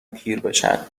پیربشن